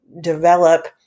develop